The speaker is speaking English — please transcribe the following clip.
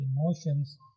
emotions